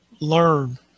Learn